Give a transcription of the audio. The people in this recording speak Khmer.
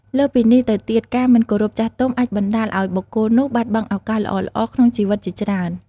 លើសពីនេះទៅទៀតការមិនគោរពចាស់ទុំអាចបណ្ដាលឲ្យបុគ្គលនោះបាត់បង់ឱកាសល្អៗក្នុងជីវិតជាច្រើន។